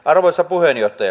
arvoisa puhemies